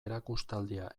erakustaldia